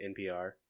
NPR